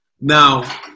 Now